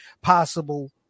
possible